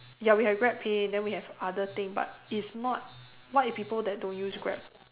ya we have GrabPay then we have other thing but is not what if people that don't use Grab